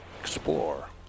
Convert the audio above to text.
explore